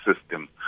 system